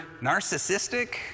narcissistic